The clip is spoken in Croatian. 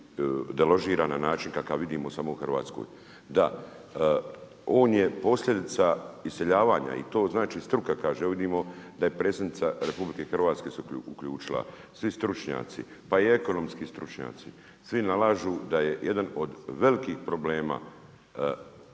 se deložira na način kakav vidimo samo u Hrvatskoj. Da, on je posljedica iseljavanja i to znači struka kaže. Vidimo da je se predsjednica RH uključila, svi stručnjaci pa i ekonomski stručnjaci, svi nalažu da je jedan od velikih problema